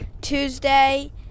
Tuesday